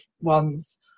ones